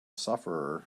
sufferer